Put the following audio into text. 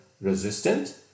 resistant